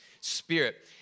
spirit